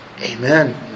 Amen